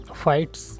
fights